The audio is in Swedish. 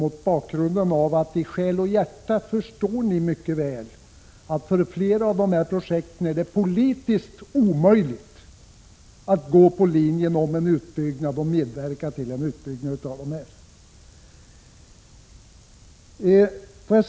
I själ och hjärta förstår ni mycket väl att det för flera av dessa projekt är politiskt omöjligt att gå på linjen för en utbyggnad och medverka till en utbyggnad av dessa.